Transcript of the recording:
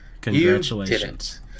Congratulations